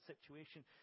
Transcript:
situation